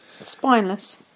spineless